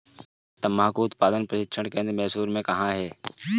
तंबाकू उत्पादन प्रशिक्षण केंद्र मैसूर में कहाँ है?